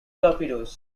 torpedoes